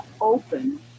open